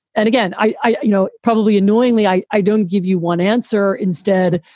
and again, i you know, probably annoyingly, i i don't give you one answer. instead,